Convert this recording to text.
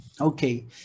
Okay